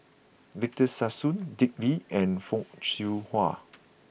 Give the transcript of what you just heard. Victor Sassoon Dick Lee and Fock Siew Wah